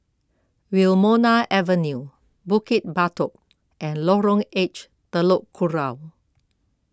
Wilmonar Avenue Bukit Batok and Lorong H Telok Kurau